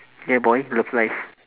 ya boy love live